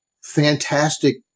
fantastic